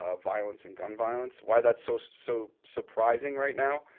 ah violence, and gun violence, why that's so so surprising right now,